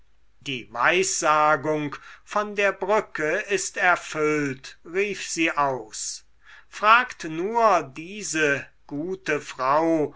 die weissagung von der brücke ist erfüllt rief sie aus fragt nur diese gute frau